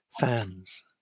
fans